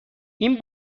این